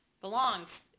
belongs